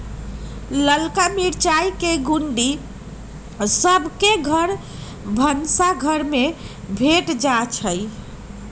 ललका मिरचाई के गुण्डी सभ घर के भनसाघर में भेंट जाइ छइ